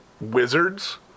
wizards